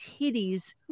titties